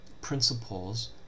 principles